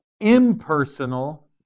impersonal